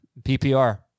PPR